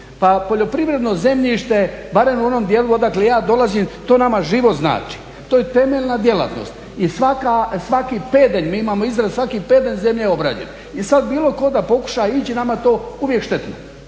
Pa poljoprivredno zemljište barem u onom dijelu odakle ja dolazim to nama život znači, to je temeljna djelatnost i svaki pedalj, mi imao izraz svaki pedalj zemlje je obrađen. I sad bilo tko da pokuša ići nama to uvijek štetno,